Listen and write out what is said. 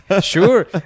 sure